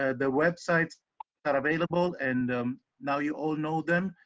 ah the websites are available and now you all know them.